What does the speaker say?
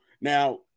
now